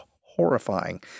horrifying